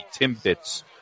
Timbits